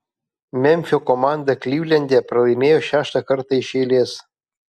memfio komanda klivlende pralaimėjo šeštą kartą iš eilės